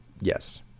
Yes